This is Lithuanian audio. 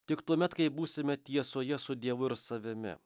tik tuomet kai būsime tiesoje su dievu ir savimi